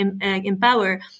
empower